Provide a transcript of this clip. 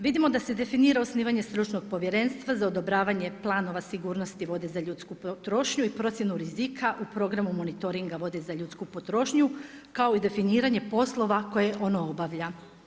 Vidimo da se definira osnivanje stručnog povjerenstva za odobravanje planova sigurnosti vode za ljudsku potrošnju i procjenu rizika u programu monitoringa vode za ljudsku potrošnju, kao i definiranje poslova koje ono obavlja.